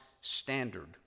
standard